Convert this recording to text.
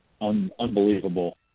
unbelievable